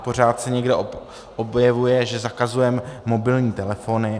Pořád se někde objevuje, že zakazujeme mobilní telefony.